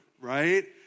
right